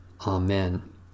Amen